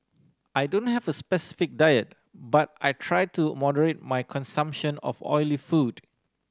I don't have a specific diet but I try to moderate my consumption of oily food